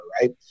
right